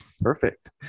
Perfect